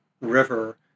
river